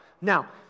Now